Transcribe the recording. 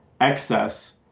excess